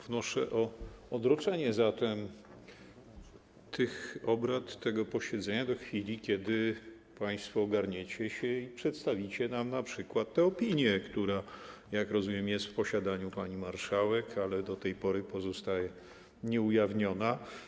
Wnoszę zatem o odroczenie tych obrad, tego posiedzenia do chwili, kiedy państwo ogarniecie się i przedstawicie nam np. tę opinię, która, jak rozumiem, jest w posiadaniu pani marszałek, ale do tej pory pozostaje nieujawniona.